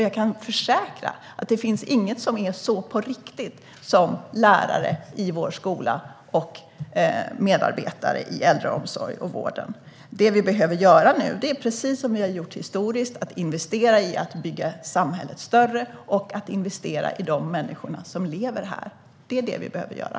Jag kan försäkra att det inte finns något som är så på riktigt som just lärare i vår skola och medarbetare i äldreomsorg och vård. Det vi behöver göra nu är precis det som vi har gjort historiskt. Det handlar om att investera i att bygga samhället större och att investera i de människor som lever här. Det är det vi behöver göra.